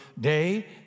day